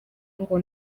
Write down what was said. ngo